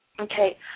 Okay